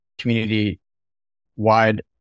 community-wide